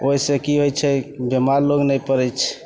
ओइसँ की होइ छै कि बीमार लोग नहि पड़य छै